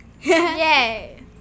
Yay